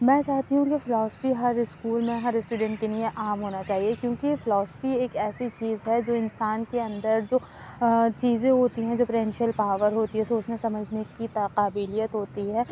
میں چاہتی ہوں کہ فلاسفی ہر اسکول میں ہر اسٹوڈینٹ کے لیے عام ہونا چاہیے کیونکہ فلاسفی ایک ایسی چیز ہے جو انسان کے اندر جو چیزیں ہوتی ہیں جو پیرنشیل پاور ہوتی ہے سوچنے سمجھنے کی تا قابلیت ہوتی ہے